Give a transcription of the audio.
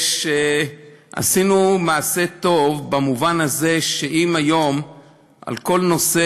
עשינו מעשה טוב במובן הזה שאם היום על כל נושא